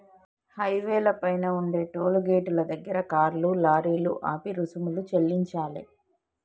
హైవేల పైన ఉండే టోలు గేటుల దగ్గర కార్లు, లారీలు ఆపి రుసుము చెల్లించాలే